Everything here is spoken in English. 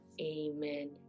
Amen